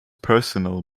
personal